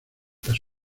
las